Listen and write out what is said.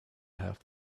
have